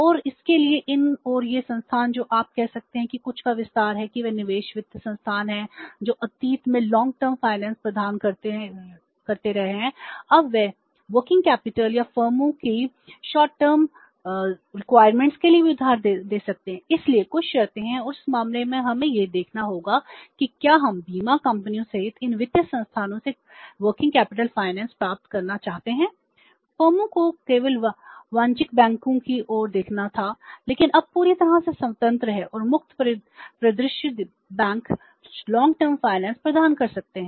और इसके लिए इन और ये संस्थान जो आप कह सकते हैं कि कुछ का विस्तार है कि वे निवेश वित्त संस्थान हैं जो अतीत में दीर्घकालिक वित्त प्रदान कर सकते हैं